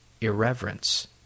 irreverence